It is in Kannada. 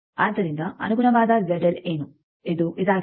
ಆದ್ದರಿಂದ ಅನುಗುಣವಾದ ಏನು ಇದು ಇದಾಗಿದೆ